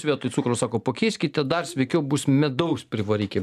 vietoj cukraus sako pakeiskite dar sveikiau bus medaus privarykim